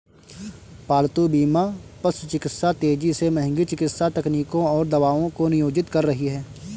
पालतू बीमा पशु चिकित्सा तेजी से महंगी चिकित्सा तकनीकों और दवाओं को नियोजित कर रही है